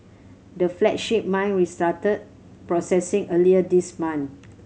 the flagship mine restarted processing earlier this month